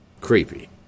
creepy